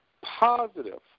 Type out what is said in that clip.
positive